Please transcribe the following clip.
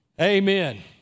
Amen